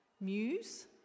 muse